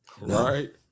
Right